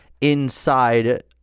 inside